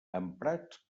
emprats